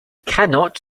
cannot